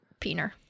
peener